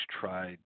tried